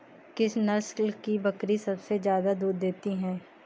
किस नस्ल की बकरी सबसे ज्यादा दूध देती है?